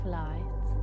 light